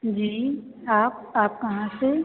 जी आप आप कहाँ से